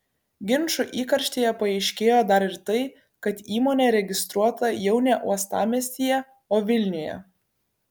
ginčų įkarštyje paaiškėjo dar ir tai kad įmonė registruota jau ne uostamiestyje o vilniuje